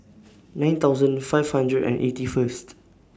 nine thousand five hundred and eighty First